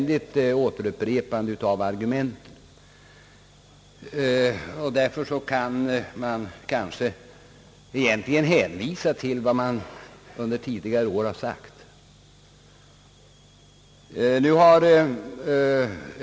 Därför kan man kanske hänvisa till vad man under tidigare år har sagt.